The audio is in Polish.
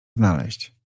znaleźć